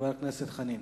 חבר הכנסת דב חנין.